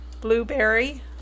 Blueberry